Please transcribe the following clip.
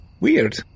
Weird